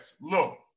look